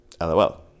lol